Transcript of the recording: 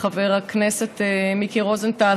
חבר הכנסת מיקי רוזנטל,